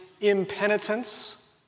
impenitence